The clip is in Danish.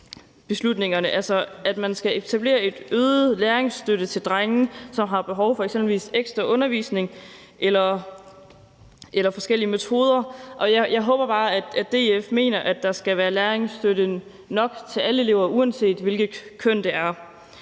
bl.a. det om, at man skal etablere øget læringsstøtte til drenge, som har behov for eksempelvis ekstra undervisning eller mentorordninger. Og jeg håber bare, at DF mener, at der skal være læringsstøtte nok til alle elever, uanset hvilket køn de har.